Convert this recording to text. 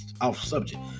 off-subject